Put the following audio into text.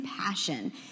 passion